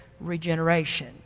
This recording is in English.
regeneration